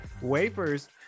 wafers